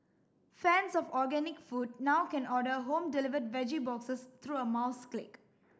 fans of organic food now can order home delivered veggie boxes through a mouse click